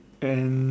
and